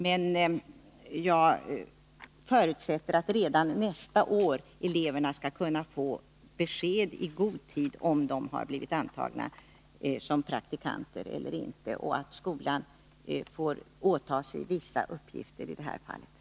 Men jag förutsätter att eleverna redan nästa år skall kunna få besked i god tid om de blivit antagna som praktikanter eller inte och att skolan får åta sig vissa uppgifter i det här sammanhanget.